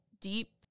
deep